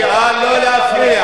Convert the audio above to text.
נא לא להפריע.